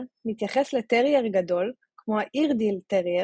מתייחס לטרייר גדול כמו האירדיל טרייר,